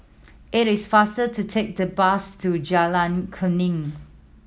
it is faster to take the bus to Jalan Kuning